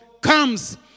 comes